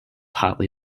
hotly